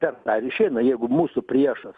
per tą ir išeina jeigu mūsų priešas